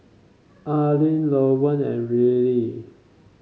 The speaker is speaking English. Alleen Lowell and Rillie